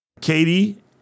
Katie